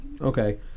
Okay